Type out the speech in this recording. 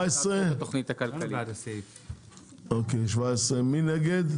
מי נגד?